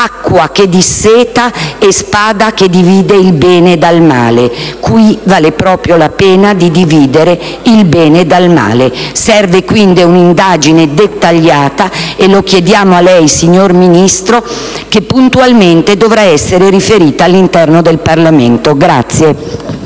acqua che disseta e spada che divide il bene dal male. Qui vale proprio la pena di dividere il bene dal male. Serve quindi un'indagine dettagliata, e lo chiediamo a lei, signor Ministro, le cui risultanze puntualmente dovranno essere riferite all'interno del Parlamento.